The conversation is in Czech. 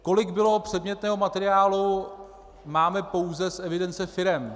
Kolik bylo předmětného materiálu, máme pouze z evidence firem.